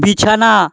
বিছানা